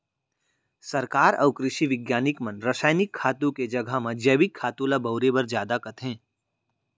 सरकार अउ कृसि बिग्यानिक मन रसायनिक खातू के जघा म जैविक खातू ल बउरे बर जादा कथें